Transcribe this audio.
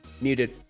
Muted